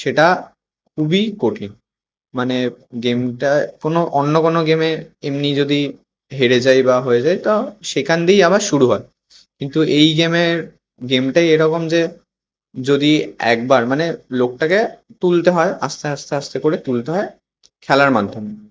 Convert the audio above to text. সেটা খুবই কঠিন মানে গেমটা কোনো অন্য কোনো গেমে এমনি যদি হেরে যাই বা হয়ে যায় তা সেখান দিয়েই আবার শুরু হয় কিন্তু এই গেমের গেমটাই এরকম যে যদি একবার মানে লোকটাকে তুলতে হয় আস্তে আস্তে আস্তে করে তুলতে হয় খেলার মাধ্যমে